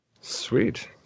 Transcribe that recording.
Sweet